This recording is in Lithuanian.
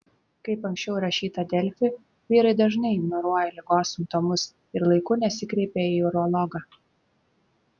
kaip anksčiau rašyta delfi vyrai dažnai ignoruoja ligos simptomus ir laiku nesikreipia į urologą